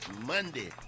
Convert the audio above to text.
Monday